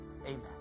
amen